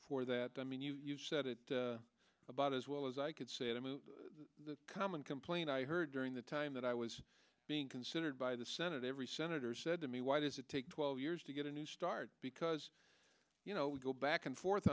for that i mean you said it about as well as i could say i mean the common complaint i heard during the time that i was being considered by the senate every senator said to me why does it take twelve years to get a new start because you know we go back and forth